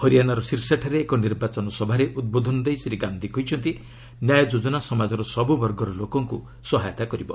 ହରିଆଣାର ସିର୍ସାଠାରେ ଏକ ନିର୍ବାଚନ ସଭାରେ ଉଦ୍ବୋଧନ ଦେଇ ଶ୍ରୀ ଗାନ୍ଧି କହିଛନ୍ତି ନ୍ୟାୟ ଯୋଜନା ସମାଜର ସବୁ ବର୍ଗର ଲୋକଙ୍କୁ ସହାୟତା କରିବ